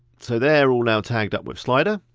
so they're all now tagged up with slider.